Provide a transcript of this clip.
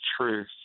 truth